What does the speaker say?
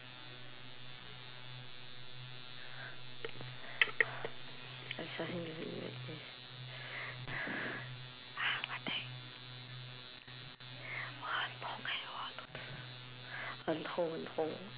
I'm starting to regret this !huh! what thing 我很痛 eh 我的肚子很痛很痛